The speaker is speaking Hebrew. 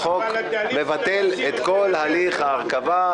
החוק מבטל את כל הליך ההרכבה,